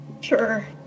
Sure